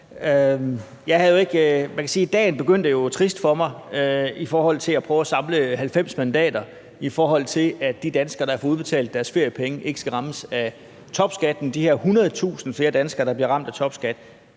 Dagen begyndte jo trist for mig i forbindelse med at prøve at samle 90 mandater, i forhold til at de danskere, der får udbetalt deres feriepenge, ikke skal rammes af topskatten – altså de her hundredtusind flere danskere, der bliver ramt af topskat,